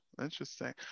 interesting